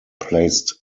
placed